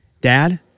Dad